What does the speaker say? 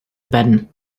bedding